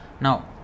Now